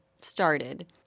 started